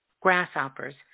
Grasshoppers